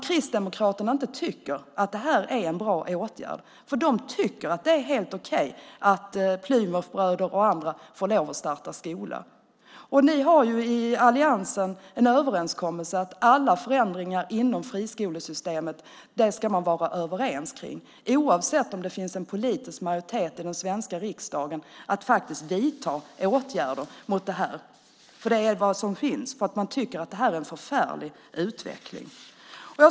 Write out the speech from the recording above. Kristdemokraterna tycker inte att det här är en bra åtgärd. De tycker att det är helt okej att Plymouthbröderna och andra får lova att starta skolor. Ni i alliansen har ju en överenskommelse om att man ska vara överens om alla förändringar inom friskolesystemet oavsett om det finns en politisk majoritet i den svenska riksdagen för att vidta åtgärder mot detta eftersom vi tycker att detta är en förfärlig utveckling.